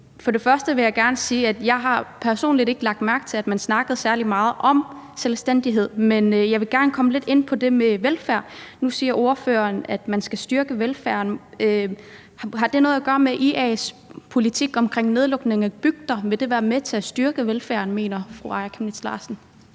jeg personligt ikke har lagt mærke til, at man snakkede særlig meget om selvstændighed, men jeg vil gerne komme lidt ind på det med velfærd. Nu siger ordføreren, at man skal styrke velfærden. Har det noget at gøre med IA's politik omkring nedlukning af bygder? Mener fru Aaja Chemnitz Larsen,